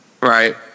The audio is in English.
Right